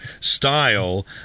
style